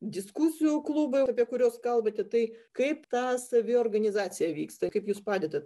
diskusijų klubai apie kuriuos kalbate tai kaip tą saviorganizacija vyksta kaip jūs padedat